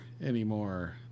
anymore